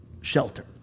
shelter